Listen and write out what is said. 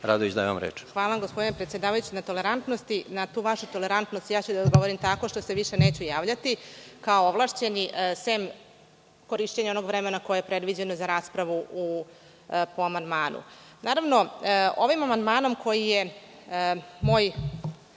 Radović** Hvala, gospodine predsedavajući, na tolerantnosti. Na tu vašu tolerantnost, ja ću da odgovorim tako što se više neću javljati kao ovlašćeni, sem korišćenja onog vremena koje je predviđeno za raspravu po amandmanu. Ovim